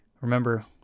remember